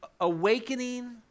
awakening